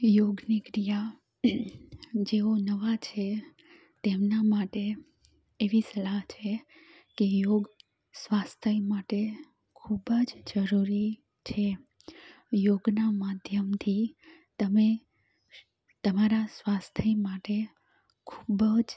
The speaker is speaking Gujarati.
યોગની ક્રિયા જેઓ નવા છે તેમના માટે એવી સલાહ છે કે યોગ સ્વાસ્થય માટે ખૂબ જ જરૂરી છે યોગના માધ્યમથી તમે તમારા સ્વાસ્થય માટે ખૂબ જ